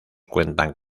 cuentan